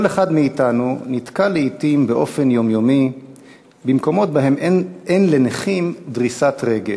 כל אחד מאתנו נתקל לעתים קרובות במקומות שבהם אין לנכים דריסת רגל.